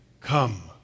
Come